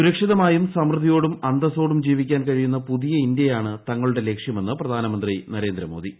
സുരക്ഷിതമായും സമൃദ്ധിയോടുപ്പു അന്തസ്സോടും ജീവിക്കാൻ കഴിയുന്ന പുതിയു ഇന്ത്യയാണ് തങ്ങളുടെ ലക്ഷ്യമെന്ന് പ്രധാനമന്ത്രിദ്ധ്യർ ്രേന്ദ്രമോദി